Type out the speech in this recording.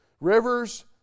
Rivers